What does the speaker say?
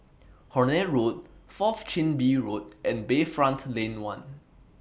Horne Road Fourth Chin Bee Road and Bayfront Lane one